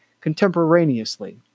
contemporaneously